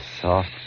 soft